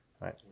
right